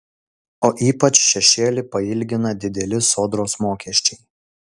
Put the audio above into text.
o ypač šešėlį pailgina dideli sodros mokesčiai